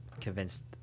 convinced